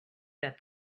that